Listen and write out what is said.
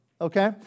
okay